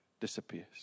disappears